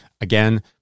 Again